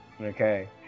Okay